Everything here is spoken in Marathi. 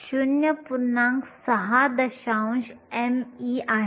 60 me आहे